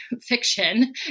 fiction